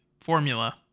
formula